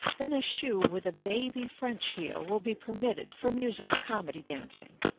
then a shoe with a baby french heel will be permitted for musical comedy dancing,